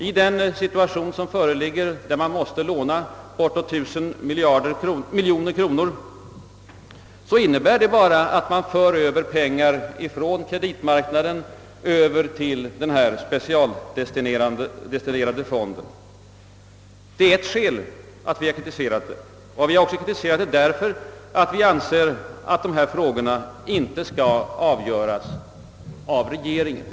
I nuvarande situation med ett lånebehov på bortåt 1000 miljoner kronor innebär förslaget bara att man för över pengar från kreditmarknaden till en specialdestinerad fond. För det andra har vi kritiserat förslaget därför att vi anser att dessa frågor inte skall avgöras av regeringen.